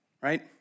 right